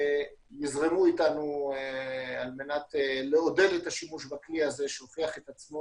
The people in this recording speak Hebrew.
יזרמו אתנו על מנת לעודד את השימוש בכלי שהוכיח את עצמו